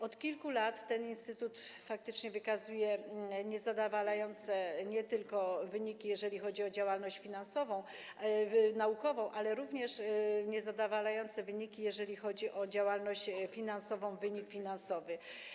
Od kilku lat ten instytut faktycznie wykazuje nie tylko niezadowalające wyniki, jeżeli chodzi o działalność naukową, ale również niezadowalające wyniki, jeżeli chodzi o działalność finansową, wynik finansowy.